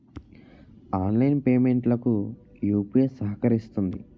online payment లకు UPI సహకరిస్తుంది